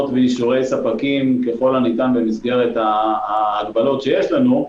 ואישורי ספקים ככל הניתן במסגרת ההגבלות שיש לנו.